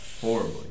horribly